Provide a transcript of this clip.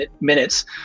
minutes